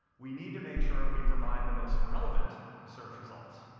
we need to make sure we provide the most relevant search results.